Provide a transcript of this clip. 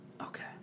Okay